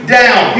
down